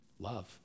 Love